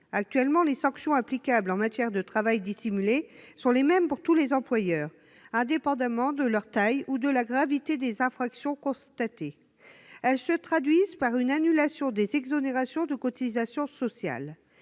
Actuellement, les sanctions applicables en matière de travail dissimulé sont les mêmes pour tous les employeurs, indépendamment de la taille de l'entreprise ou de la gravité des infractions constatées. Elles se traduisent par une annulation des exonérations de cotisations sociales.